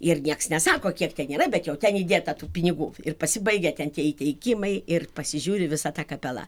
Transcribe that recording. ir nieks nesako kiek ten yra bet jau ten įdieta tų pinigų ir pasibaigia ten tie įteikimai ir pasižiūri visa ta kapela